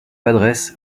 padres